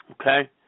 Okay